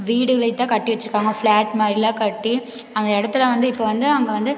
வீடுகளைத் தான் கட்டி வெச்சுருக்காங்க ஃப்ளாட் மாதிரிலாம் கட்டி அந்த இடத்துல வந்து இப்போ வந்து அங்கே வந்து